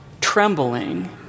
trembling